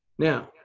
now,